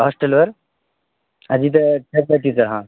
हॉस्टेलवर आधीचं हां